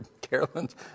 Carolyn's